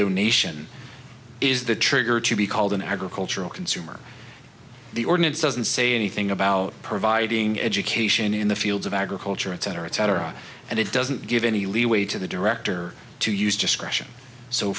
donation is the trigger to be called an agricultural consumer the ordinance doesn't say anything about providing education in the fields of agriculture etc etc and it doesn't give any leeway to the director to use discretion so